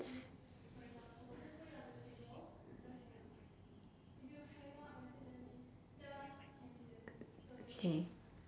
~s K